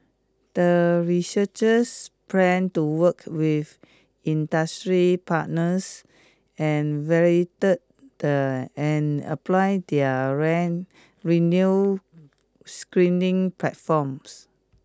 the researchers plan to work with industry partners and validate the apply their renew screening platforms